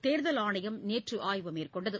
தேர்தல் ஆணையம் நேற்று ஆய்வு மேற்கொண்டது